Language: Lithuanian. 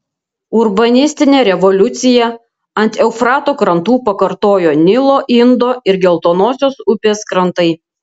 urbanistinę revoliuciją ant eufrato krantų pakartojo nilo indo ir geltonosios upės krantai